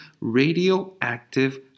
radioactive